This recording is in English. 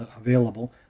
available